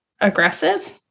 aggressive